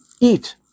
eat